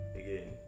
again